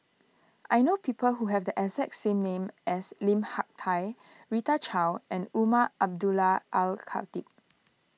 I know people who have the exact name as Lim Hak Tai Rita Chao and Umar Abdullah Al Khatib